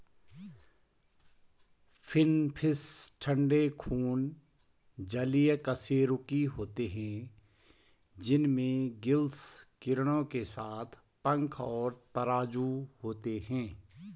finfish ठंडे खून जलीय कशेरुकी होते हैं जिनमें गिल्स किरणों के साथ पंख और तराजू होते हैं